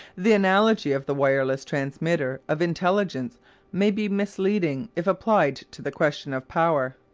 the analogy of the wireless transmitter of intelligence may be misleading if applied to the question of power.